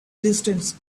distance